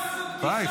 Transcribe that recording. מלביצקי, די.